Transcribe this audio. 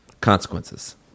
consequences